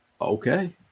okay